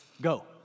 Go